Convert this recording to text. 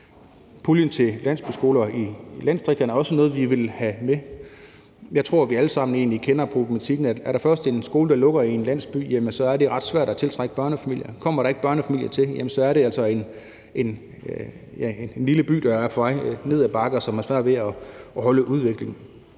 puljen til landsbyskoler i landdistrikterne er også noget, vi vil have med. Jeg tror, vi egentlig alle sammen kender problematikken: Er der først en skole, der lukker i en landsby, så er det ret svært at tiltrække børnefamilier. Og kommer der ikke børnefamilier til, er det altså en lille by, der er på vej ned ad bakke, og hvor udviklingen